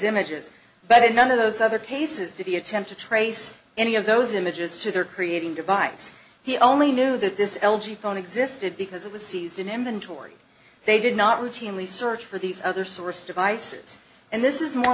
images but in none of those other cases did he attempt to trace any of those images to their creating device he only knew that this l g phone existed because of the season inventory they did not routinely search for these other source devices and this is more